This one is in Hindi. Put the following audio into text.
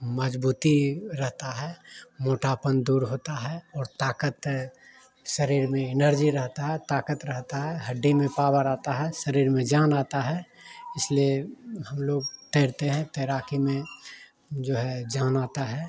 मज़बूती रहती है मोटापन दूर ओहट है और ताक़त शरीर में एनर्जी रहती है और ताक़त रहती है और हड्डी में पॉवर आता है शरीर में जान आती है इसलिए हम लोग तैरते हैं तैराक़ी में जो है जान आती है